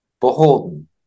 beholden